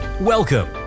Welcome